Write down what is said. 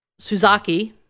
Suzaki